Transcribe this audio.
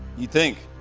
you think?